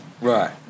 Right